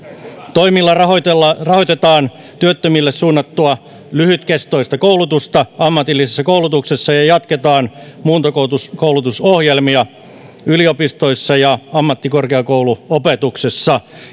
toimilla rahoitetaan rahoitetaan työttömille suunnattua lyhytkestoista koulutusta ammatillisessa koulutuksessa ja jatketaan muuntokoulutusohjelmia yliopistoissa ja ammattikorkeakouluopetuksessa